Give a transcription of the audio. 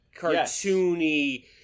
cartoony